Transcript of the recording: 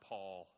Paul